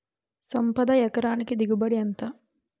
సంపద ఎకరానికి దిగుబడి ఎంత?